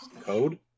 code